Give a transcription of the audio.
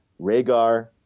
Rhaegar